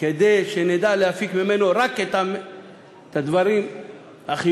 כדי שנדע להפיק ממנו רק את הדברים החיוביים,